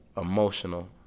Emotional